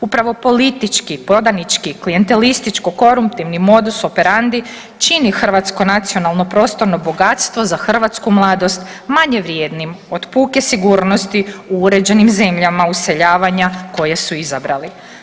Upravo politički, podanički, klijentelističko koruptivni modus operandi čini hrvatsko nacionalno prostorno bogatstvo za hrvatsku mladost manje vrijednim od puke sigurnosti u uređenim zemljama useljavanja koje su izabrali.